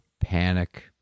panic